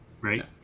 right